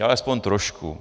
Aalespoň trošku.